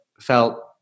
felt